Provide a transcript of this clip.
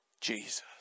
Jesus